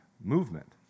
movement